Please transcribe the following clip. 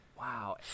Wow